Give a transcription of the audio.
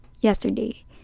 yesterday